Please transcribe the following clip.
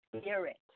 spirit